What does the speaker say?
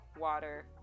water